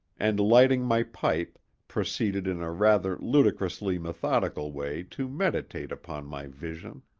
and lighting my pipe proceeded in a rather ludicrously methodical way to meditate upon my vision.